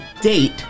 date